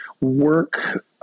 work